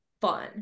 fun